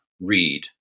read